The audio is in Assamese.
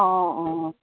অঁ অঁ